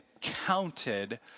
counted